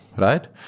right?